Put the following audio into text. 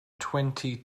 twenty